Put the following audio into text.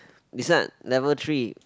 this one level three